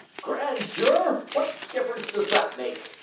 grand juror what difference does that make?